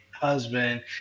husband